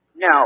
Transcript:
No